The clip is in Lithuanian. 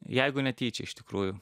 jeigu netyčia iš tikrųjų